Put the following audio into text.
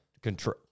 control